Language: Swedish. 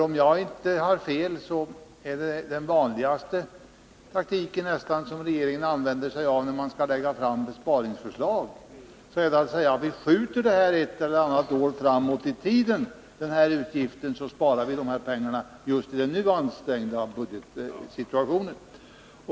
Om jag inte har fel är regeringens vanligaste taktik när den skall lägga fram besparingsförslag att den säger: Vi skjuter den här utgiften ett eller annat år framåt i tiden, så sparar vi pengarna i den just nu ansträngda budgetsituationen.